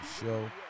show